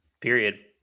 Period